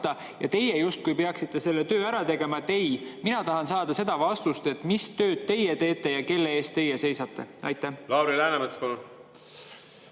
ja teie justkui peaksite selle töö ära tegema – ei, mina tahan saada vastust, mis tööd teie teete ja kelle eest teie seisate. Lauri Läänemets, palun!